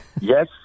Yes